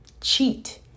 cheat